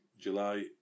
July